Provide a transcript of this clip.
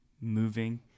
moving